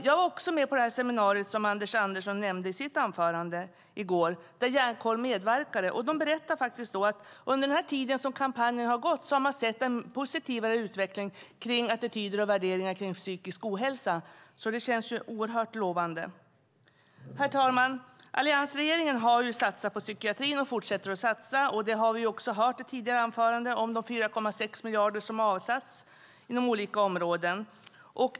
Jag var också med på seminariet i går som Anders Andersson nämnde i sitt anförande och där Hjärnkoll medverkade. De berättade att man under den tid som kampanjen har pågått kan se en mer positiv utveckling vad gäller värderingar och attityder kring psykisk ohälsa. Det känns oerhört lovande. Herr talman! Alliansregeringen har satsat på psykiatrin och fortsätter att satsa. Vi har hört i tidigare anföranden om de 4,6 miljarder som har avsatts inom olika områden.